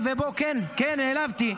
כן, נעלבתי.